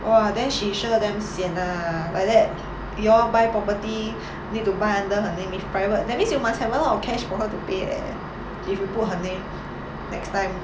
!wah! then she sure damn sian lah like that you all buy property need to buy under her name if private that means you must have a lot of cash for her to pay eh if you put her name next time